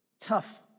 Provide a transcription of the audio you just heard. tough